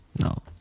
No